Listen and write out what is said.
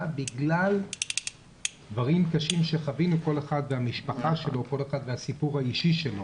בגלל דברים קשים שחווינו כל אחד והמשפחה שלו,